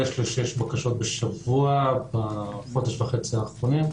ל 6 בקשות בשבוע בחודש וחצי האחרונים.